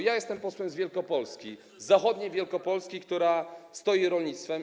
Jestem posłem z Wielkopolski, z zachodniej Wielkopolski, która stoi rolnictwem.